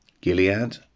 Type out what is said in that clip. Gilead